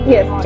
Yes